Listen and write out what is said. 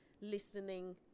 listening